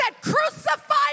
crucify